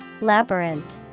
Labyrinth